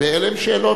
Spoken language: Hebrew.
ואלה הן שאלות.